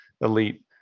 elite